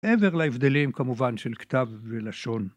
מעבר להבדלים, כמובן, של כתב ולשון.